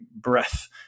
Breath